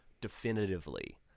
definitively